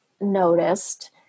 noticed